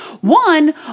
one